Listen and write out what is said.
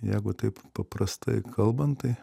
jeigu taip paprastai kalbant tai